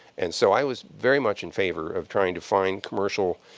and so i was very much in favor of trying to find commercial